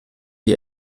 die